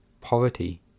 poverty